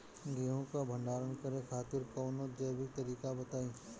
गेहूँ क भंडारण करे खातिर कवनो जैविक तरीका बताईं?